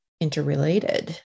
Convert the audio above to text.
interrelated